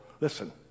listen